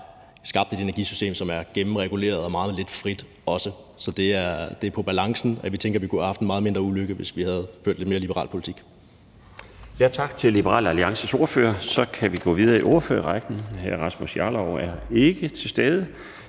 skabt et energisystem, som er gennemreguleret og meget lidt frit, også. Så det er på balancen, vi tænker vi kunne have haft en meget mindre ulykke, hvis vi havde ført en lidt mere liberal politik. Kl. 13:15 Den fg. formand (Bjarne Laustsen): Tak til Liberal Alliances ordfører. Så kan vi gå videre i ordførerrækken. Hr. Rasmus Jarlov er ikke til stede,